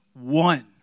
one